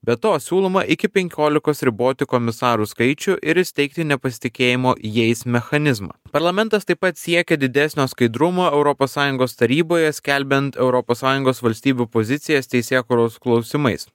be to siūloma iki penkiolikos riboti komisarų skaičių ir įsteigti nepasitikėjimo jais mechanizmą parlamentas taip pat siekia didesnio skaidrumo europos sąjungos taryboje skelbiant europos sąjungos valstybių pozicijas teisėkūros klausimais